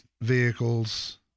vehicles